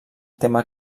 tema